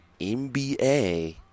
NBA